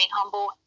humble